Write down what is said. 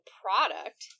product